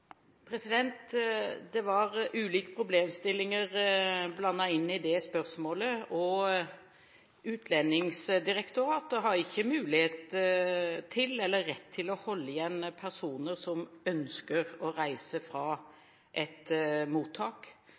Det var ulike problemstillinger blandet inn i det spørsmålet. Utlendingsdirektoratet har ikke mulighet til eller rett til å holde igjen personer som ønsker å reise fra et mottak.